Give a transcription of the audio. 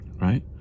right